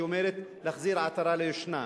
שאומרת להחזיר עטרה ליושנה,